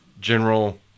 General